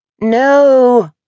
No